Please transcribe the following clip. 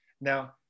Now